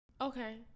Okay